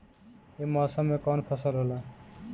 ई मौसम में कवन फसल होला?